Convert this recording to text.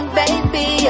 baby